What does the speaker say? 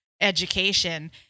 education